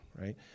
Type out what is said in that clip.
right